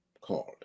called